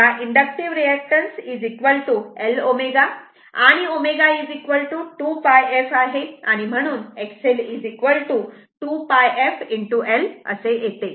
तेव्हा inductive reactance L ω आणि ω 2πf आहे म्हणून हे XL 2πf L असे येते